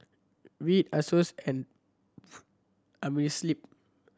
Veet Asos and Amerisleep